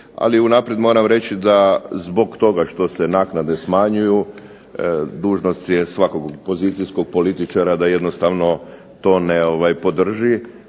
ali unaprijed moram reći da zbog toga što se naknade smanjuju dužnost je svakog pozicijskog političara da to ne podrži